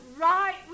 right